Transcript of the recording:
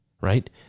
right